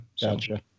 gotcha